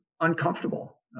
uncomfortable